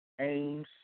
aims